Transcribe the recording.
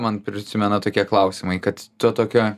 man prisimena tokie klausimai kad to tokio